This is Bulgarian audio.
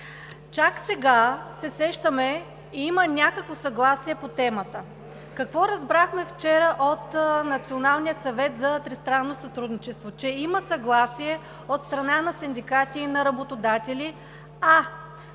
Чак сега се сещаме и има някакво съгласие по темата. Какво разбрахме вчера от Националния съвет за тристранно сътрудничество? Има съгласие от страна на синдикати и работодатели, а